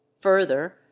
further